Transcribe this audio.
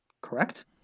Correct